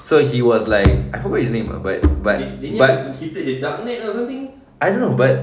so he was like I forgot his name ah but but but I don't know but